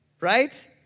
Right